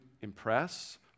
impress